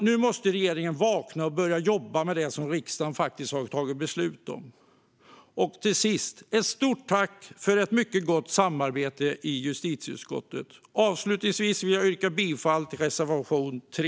Nu måste regeringen vakna och börja jobba med det som riksdagen faktiskt har tagit beslut om. Jag vill rikta ett stort tack för ett mycket gott samarbete i justitieutskottet. Avslutningsvis vill jag yrka bifall till reservation 3.